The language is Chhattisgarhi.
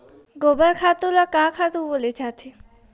गोबर खातु ल का खातु बोले जाथे?